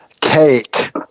cake